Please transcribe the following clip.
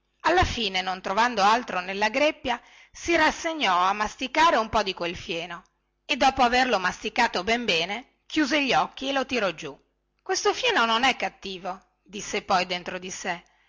alla fine non trovando altro nella greppia si rassegnò a masticare un po di fieno e dopo averlo masticato ben bene chiuse gli occhi e lo tirò giù questo fieno non è cattivo poi disse dentro di sé